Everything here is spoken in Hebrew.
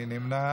מי נמנע?